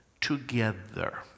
together